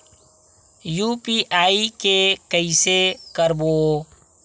UPI के कइसे करबो?